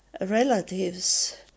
relatives